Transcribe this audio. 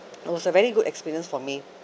it was a very good experience for me